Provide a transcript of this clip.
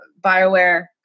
Bioware